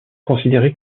considérés